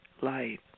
light